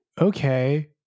okay